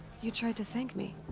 you tried to thank me.